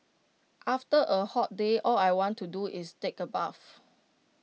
after A hot day all I want to do is take A bath